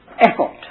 effort